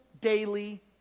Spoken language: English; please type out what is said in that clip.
daily